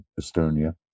Estonia